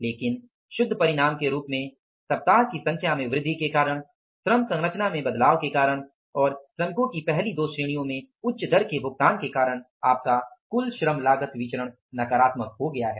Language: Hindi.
लेकिन शुद्ध परिणाम के रूप में सप्ताह की संख्या में वृद्धि के कारण श्रम संरचना के बदलने के कारण और श्रमिकों की पहली दो श्रेणियों को उच्च दर का भुगतान करने के कारण आपका कुल श्रम लागत विचरण नकारात्मक हो गया है